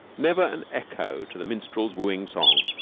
never an echo to the minstrel's wooing song.